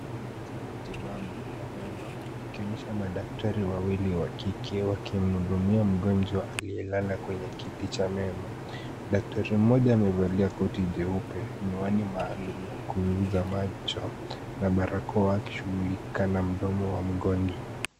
Chumba cha matibabu ya meno, ikionyesha madaktari wawili wa kike, wakimhudumia mgonjwa aliyelala kwenye kiti cha meno. Daktari mmoja amevalia koti jeupe, miwani maalum ya kuuza macho na barakoa, akishughulika na mdomo wa mgonjwa.